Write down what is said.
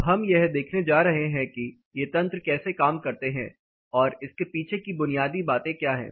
अब हम यह देखने जा रहे हैं कि ये तंत्र कैसे काम करते हैं और इसके पीछे की बुनियादी बातें क्या हैं